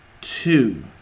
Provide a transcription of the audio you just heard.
two